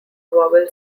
vowel